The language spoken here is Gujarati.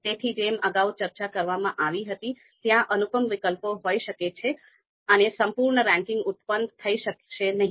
તેથી આ પેટા બિંદુમાં અનુપમ વિકલ્પોની શક્યતાને સ્વીકારવા સંબંધિત તથ્યનો પણ સમાવેશ થાય છે